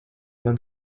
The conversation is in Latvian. man